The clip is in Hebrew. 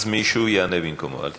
אז מישהו יענה במקומו, אל תדאגי.